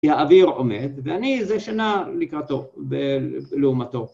כי האוויר עומד, ואני זה שנע לקראתו... ב... לעומתו.